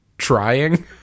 trying